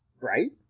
right